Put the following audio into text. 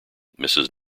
mrs